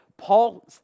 Paul